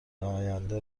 آینده